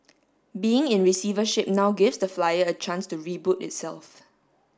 being in receivership now gives the flyer a chance to reboot itself